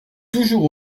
toujours